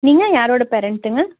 நீங்கள் யாரோட பேரண்ட்டுங்க